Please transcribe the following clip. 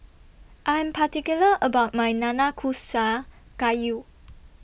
I'm particular about My Nanakusa Gayu